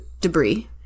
Debris